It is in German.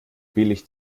billig